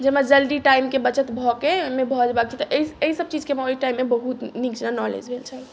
जे हमरा जल्दी टाइमके बचत भऽके ओहिमे भऽ जयबाक चाही तऽ एहि सब चीजके हमरा ओहि टाइममे बहुत नीक जेना नॉलेज भेल छलै हँ